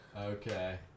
Okay